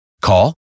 Call